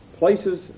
Places